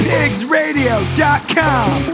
PigsRadio.com